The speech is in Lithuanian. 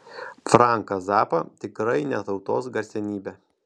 franką zappą tikrai ne tautos garsenybę